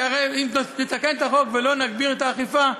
כי הרי אם נתקן את החוק ולא נגביר את האכיפה,